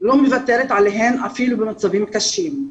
לא מוותרת עליהם אפילו במצבים קשים.